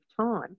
time